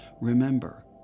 remember